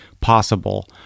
possible